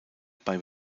bei